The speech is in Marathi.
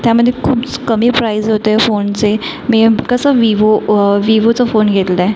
त्यामध्ये खूप्स कमी प्राइज होते फोनचे मी एफ् कसं विवो विवोचं फोन घेतलाय